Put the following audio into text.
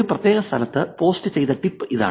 ഒരു പ്രത്യേക സ്ഥലത്ത് പോസ്റ്റ് ചെയ്ത ടിപ്പ് ഇതാണ്